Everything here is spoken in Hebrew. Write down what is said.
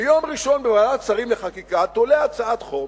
ביום ראשון תועלה בוועדת השרים לחקיקה הצעת חוק